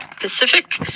pacific